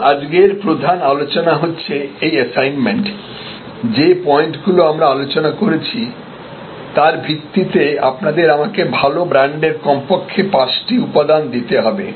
আমাদের আজকের প্রধান আলোচনা হচ্ছে এই অ্যাসাইনমেন্ট যে পয়েন্টগুলো আমরা আলোচনা করেছি তার ভিত্তিতে আপনাদের আমাকে ভাল ব্র্যান্ডের কমপক্ষে ৫ টি উপাদান দিতে হবে